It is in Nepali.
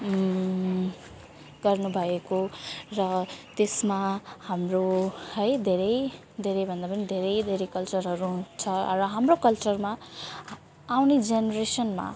पर्नुभएको र त्यसमा हाम्रो है धेरै धेरैभन्दा पनि धेरै धेरै कल्चरहरू हुन्छ अब हाम्रो कल्चरमा आउने जेनरेसनमा